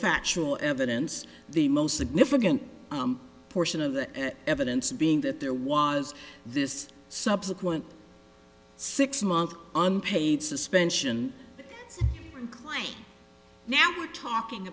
factual evidence the most significant portion of the evidence being that there was this subsequent six month unpaid suspension claim now we're talking